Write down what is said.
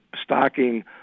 stocking